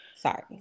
Sorry